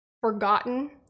forgotten